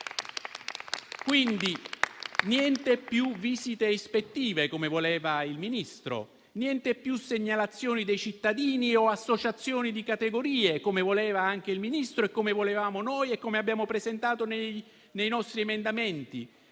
Quindi niente più visite ispettive, come voleva il Ministro; niente più segnalazioni dei cittadini o associazioni di categorie, come voleva anche il Ministro, come volevamo noi e come abbiamo proposto nei nostri emendamenti.